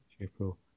April